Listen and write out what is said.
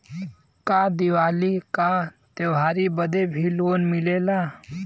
का दिवाली का त्योहारी बदे भी लोन मिलेला?